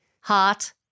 heart